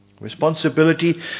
Responsibility